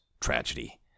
tragedy